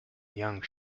young